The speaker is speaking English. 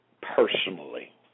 personally